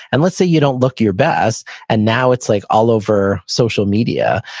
and let's say you don't look your best and now it's like all over social media.